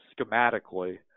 schematically